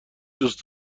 دوست